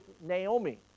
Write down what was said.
Naomi